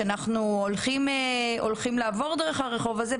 שאנחנו הולכים לעבור דרך הרחוב הזה,